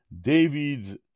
David's